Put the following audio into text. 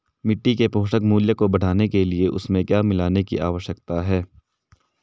मिट्टी के पोषक मूल्य को बढ़ाने के लिए उसमें क्या मिलाने की आवश्यकता है?